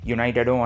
United